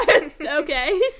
okay